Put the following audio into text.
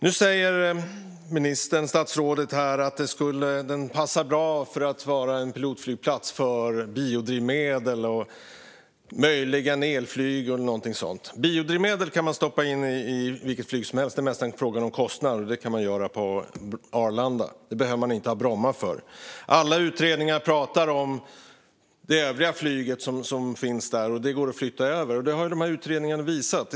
Nu säger statsrådet att Bromma passar bra som pilotflygplats för biodrivmedel och möjligen elflyg eller något sådant. Biodrivmedel kan man stoppa in i vilket flyg som helst, det är mest en fråga om kostnad, och det kan man göra på Arlanda. Det behöver man inte ha Bromma för. Alla utredningar pratar om det övriga flyget som finns där. Det går att flytta över, och det har de här utredningarna visat.